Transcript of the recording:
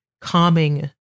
calming